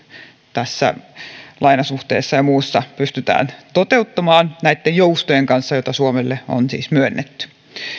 tässä lainasuhteessa ja muussa pystytään toteuttamaan näitten joustojen kanssa joita suomelle on myönnetty